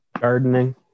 Gardening